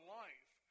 life